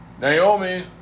Naomi